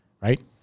Right